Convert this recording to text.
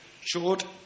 short